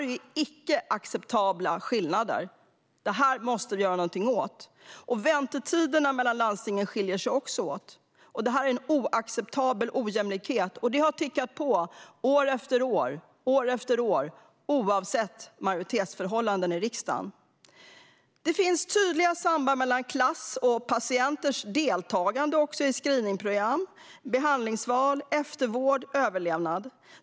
Detta är icke acceptabla skillnader. Det här måste vi göra något åt. Väntetiderna skiljer sig också åt mellan landstingen. Detta är en oacceptabel ojämlikhet och något som har tickat på år efter år, oavsett majoritetsförhållandena i riksdagen. Det finns tydliga samband mellan klass och patienters deltagande i screeningprogram, behandlingsval, eftervård och överlevnad.